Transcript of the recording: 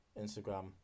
Instagram